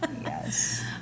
Yes